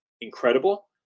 incredible